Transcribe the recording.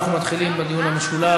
אנחנו מתחילים בדיון המשולב.